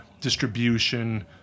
distribution